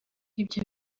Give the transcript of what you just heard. ibyo